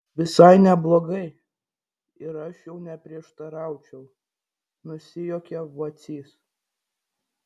visai neblogai ir aš jau neprieštaraučiau nusijuokė vacys